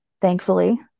thankfully